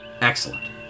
Excellent